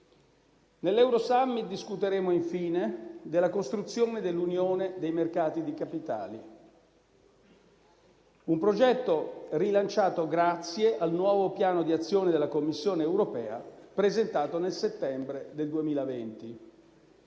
Nell'Eurosummit discuteremo infine della costruzione dell'unione dei mercati di capitali, un progetto rilanciato grazie al nuovo piano di azione della Commissione europea, presentato nel settembre del 2020.